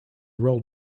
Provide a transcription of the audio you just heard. roll